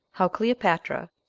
how cleopatra,